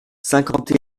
cinquante